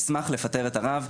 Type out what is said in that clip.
נשמח לפטר את הרב,